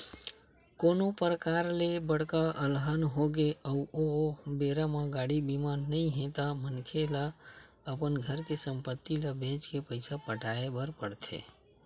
कोनो परकार ले बड़का अलहन होगे अउ ओ बेरा म गाड़ी बीमा नइ हे ता मनखे ल अपन घर के संपत्ति ल बेंच के पइसा पटाय बर पड़थे